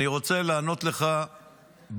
אני רוצה לענות לך ברצינות.